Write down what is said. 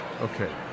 Okay